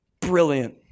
Brilliant